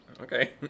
Okay